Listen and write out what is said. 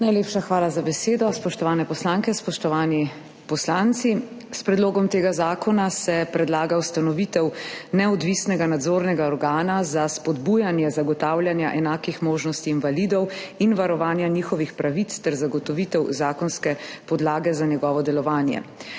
Najlepša hvala za besedo. Spoštovane poslanke, spoštovani poslanci! S predlogom tega zakona se predlaga ustanovitev neodvisnega nadzornega organa za spodbujanje zagotavljanja enakih možnosti invalidov in varovanja njihovih pravic ter zagotovitev zakonske podlage za njegovo delovanje.